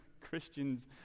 Christians